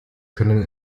können